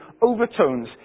overtones